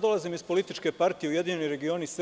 Dolazim iz političke partije URS